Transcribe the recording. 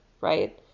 right